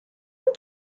این